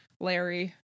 Larry